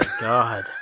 God